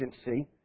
agency